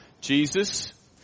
jesus